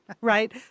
Right